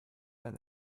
then